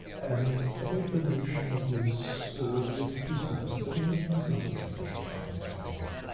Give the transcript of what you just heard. and i think the notion is at least, the piece we wrote said there needs to be some international governance framework.